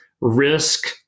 risk